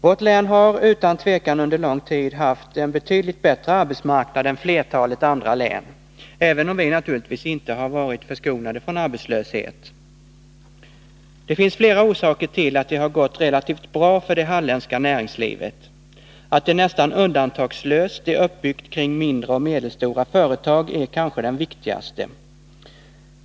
Vårt län har utan tvivel under lång tid haft en betydligt bättre arbetsmarknad än flertalet andra län, även om vi naturligtvis inte har varit förskonade från arbetslöshet. Det finns flera orsaker till att det har gått relativt bra för det halländska näringslivet. Att detta nästan undantagslöst är uppbyggt kring mindre och medelstora företag är kanske den viktigaste.